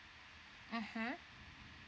mmhmm